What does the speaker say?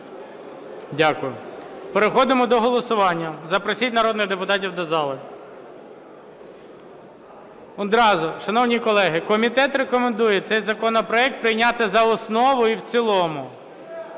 Дякую. Переходимо до голосування. Запросіть народних депутатів до зали. Одразу, шановні колеги, комітет рекомендує цей законопроект прийняти за основу і в цілому.